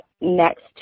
next